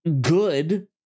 good